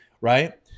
right